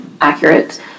accurate